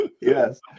yes